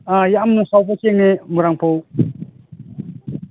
ꯑꯥ ꯌꯥꯝꯅ ꯆꯥꯎꯕ ꯆꯦꯡꯅꯦ ꯃꯣꯏꯔꯥꯡ ꯐꯧ